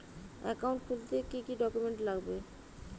Account খুলতে কি কি ডকুমেন্ট লাগবে?